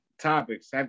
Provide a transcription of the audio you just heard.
topics